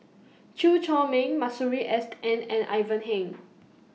Chew Chor Meng Masuri S N and Ivan Heng